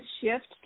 shift